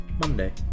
Monday